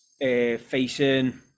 facing